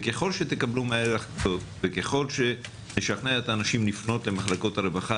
ככל שתקבלו מהר החלטות וככל שנשכנע את האנשים לפנות למחלקות הרווחה,